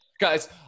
Guys